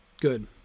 good